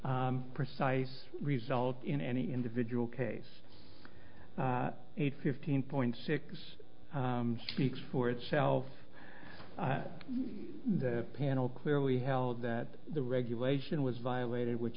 precise result in any individual case eight fifteen point six speaks for itself the panel clearly held that the regulation was violated which